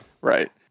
Right